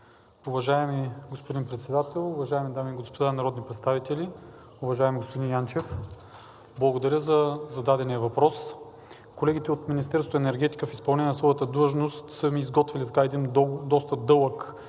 Уважаеми господин Председател, уважаеми дами и господа народни представители! Уважаеми господин Янчев, благодаря за зададения въпрос. Колегите от Министерството на енергетиката в изпълнение на своята длъжност са ми изготвили един доста дълъг и